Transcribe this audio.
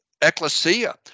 ecclesia